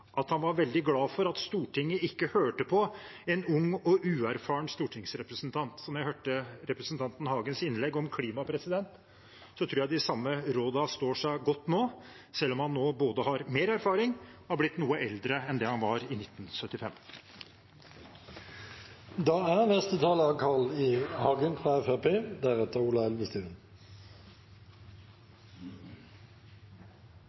at han var veldig «glad for at Stortinget ikke hørte på en ung og uerfaren stortingsrepresentant». Da jeg hørte representanten Hagens innlegg om klima, tror jeg de samme rådene står seg godt nå, selv om han nå både har mer erfaring og er blitt noe eldre enn han var i